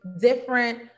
different